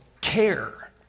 care